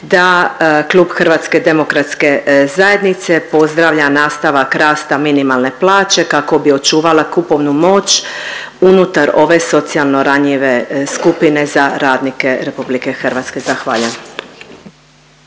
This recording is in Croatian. da klub HDZ-a pozdravlja nastavak rasta minimalne plaće kako bi očuvala kupovnu moć unutar ove socijalno ranjive skupine za radnike RH. Zahvaljujem.